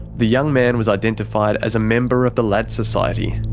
the young man was identified as a member of the lads society.